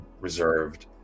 reserved